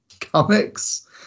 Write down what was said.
comics